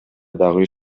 дагы